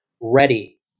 ready